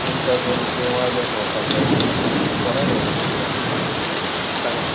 तुमकां जर देवळां जर पोळोवपाक जाय जाल्या तुमी फोंड्यांय भोंवपाक शकतात सांगां